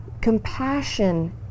compassion